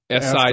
si